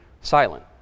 silent